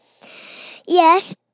Yes